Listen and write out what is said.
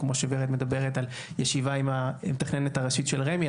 וכמו שורד מדברת על ישיבה עם המתכננת הראשית של רמ"י,